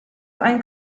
einen